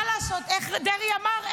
מה לעשות, איך דרעי אמר?